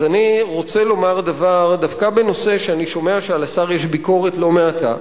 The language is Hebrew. אז אני רוצה לומר דבר דווקא בנושא שאני שומע שעל השר יש ביקורת לא מעטה,